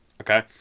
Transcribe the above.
Okay